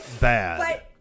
bad